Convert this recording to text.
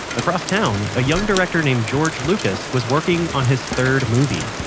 across town, a young director named george lucas was working on his third movie.